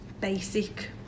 basic